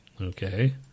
Okay